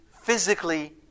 physically